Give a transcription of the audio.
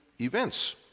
events